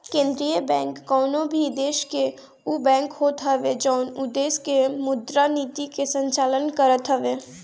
केंद्रीय बैंक कवनो भी देस के उ बैंक होत हवे जवन उ देस के मुद्रा नीति के संचालन करत हवे